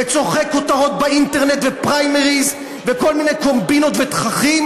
לצורכי כותרות באינטרנט ופריימריז וכל מיני קומבינות ותככים,